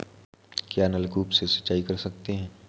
क्या नलकूप से सिंचाई कर सकते हैं?